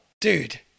dude